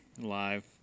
live